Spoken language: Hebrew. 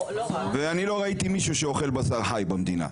ואני לא ראיתי מישהו שאוכל בשר חי במדינה.